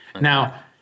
Now